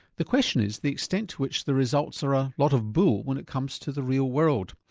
the question is the extent to which the results are a lot of bull when it comes to the real world.